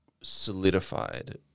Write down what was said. solidified